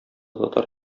татар